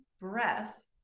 breath